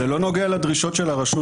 זה לא נוגע לדרישות של הרשות.